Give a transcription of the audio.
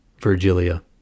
Virgilia